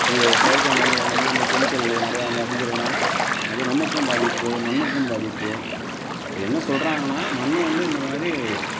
செயற்கை மருந்துகள் நம்ம இந்த கெமிக்கல் இது நிறையா வந்து அடிக்கிறதுனால் அது நமக்கும் பாதிப்பு மண்ணுக்கும் பாதிப்பு இப்போ என்ன சொல்கிறாங்கன்னா மண் வந்து இந்த மாதிரி